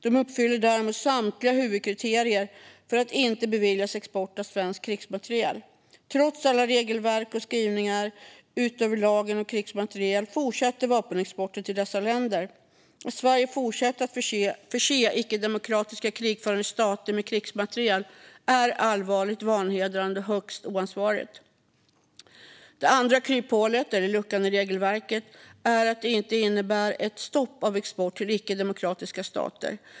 De uppfyller därmed samtliga huvudkriterier för att inte beviljas export av svensk krigsmateriel. Trots alla regelverk och skrivningar, utöver lagen om krigsmateriel, fortsätter vapenexporten till dessa länder. Att Sverige fortsätter att förse icke-demokratiska och krigförande stater med krigsmateriel är allvarligt, vanhedrande och högst oansvarigt. Det andra kryphålet eller luckan i regelverket är att det inte innebär ett stopp av export till icke-demokratiska stater.